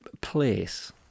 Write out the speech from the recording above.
place